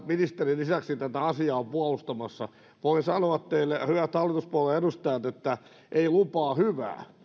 ministerin lisäksi tätä asiaa puolustamassa voin sanoa teille hyvät hallituspuolueiden edustajat että ei lupaa hyvää